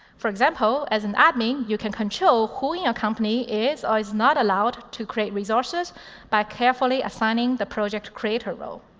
for example, as an admin you can control who in your company is or is not allowed to create resources by carefully assigning the project creator role.